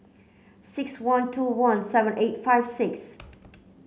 six one two one seven eight five six